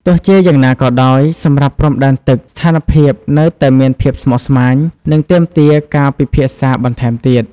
ទោះជាយ៉ាងណាក៏ដោយ សម្រាប់ព្រំដែនទឹក ស្ថានភាពនៅតែមានភាពស្មុគស្មាញ និងទាមទារការពិភាក្សាបន្ថែមទៀត។